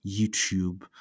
YouTube